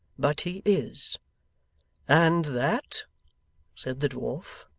but he is and that said the dwarf,